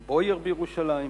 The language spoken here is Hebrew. "בויאר" בירושלים,